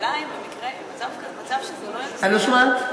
אם במקרה, נוצר כאן מצב שזה לא, אני לא שומעת.